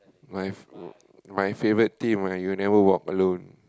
my my favourite team my You Never Walk Alone